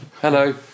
Hello